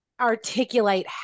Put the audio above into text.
articulate